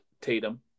Tatum